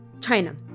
China